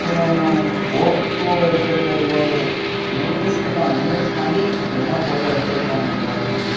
அப்புறம் ஃபோட்டோ எடுக்கிறதுல இவ்வளோ மெயின் ரீசன் இதான் மெமரிஸுக்காண்டி மெயினாக ஃபோட்டோ எடுத்து வைக்கிறாங்க எல்லோருமே